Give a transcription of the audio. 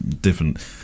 different